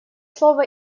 слово